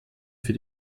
für